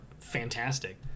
fantastic